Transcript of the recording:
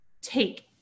take